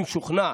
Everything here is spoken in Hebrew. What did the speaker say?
אם שוכנע